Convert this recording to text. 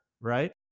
right